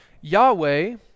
Yahweh